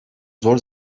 zor